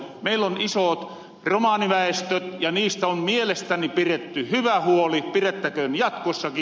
meillä on isoot romaniväestöt ja niistä on mielestäni piretty hyvä huoli pirettäköön jatkossaki